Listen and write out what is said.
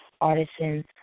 artisans